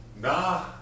Nah